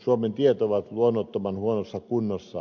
suomen tiet ovat luonnottoman huonossa kunnossa